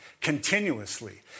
continuously